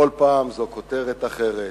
בכל פעם זו כותרת אחרת,